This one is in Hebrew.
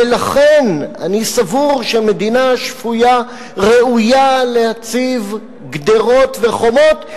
ולכן אני סבור שמדינה שפויה ראויה להציב גדרות וחומות,